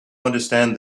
understand